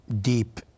deep